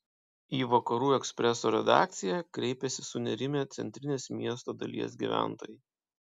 į vakarų ekspreso redakciją kreipėsi sunerimę centrinės miesto dalies gyventojai